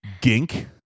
gink